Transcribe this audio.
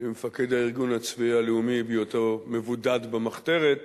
למפקד הארגון הצבאי הלאומי בהיותו מבודד במחתרת,